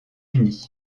unis